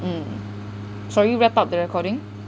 mm sorry wrap up the recording